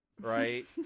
Right